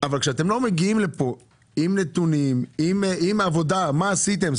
אבל אתם לא מגיעים לפה עם נתונים ועם עבודה שעשיתם,